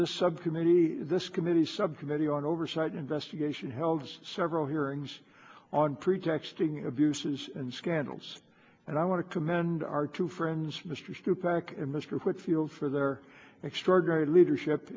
this subcommittee this committee subcommittee on oversight investigation held several hearings on pretexting abuses and scandals and i want to commend our two friends mistress two pac and mr whitfield for their extraordinary leadership